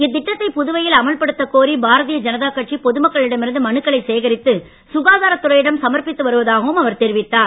இத்திட்டத்தை புதுவையில் அமல்படுத்தக் கோரி பாரதீய ஜனதா கட்சி பொதுமக்களிடம் இருந்து மனுக்களை சேகரித்து சுகாதாரத் துறையிடம் சமர்ப்பித்து வருவதாகவும் அவர் தெரிவித்தார்